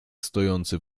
stojący